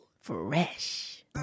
Fresh